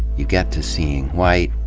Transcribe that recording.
you get to seeing white,